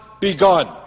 begun